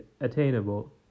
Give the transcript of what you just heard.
attainable